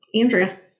Andrea